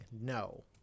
no